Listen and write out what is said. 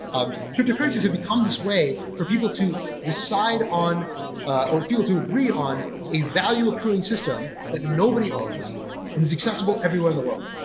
ah cryptocurrencies have become this way for people to decide on or people to bring on a value accruing system that nobody owns and is accessible everyone in the world.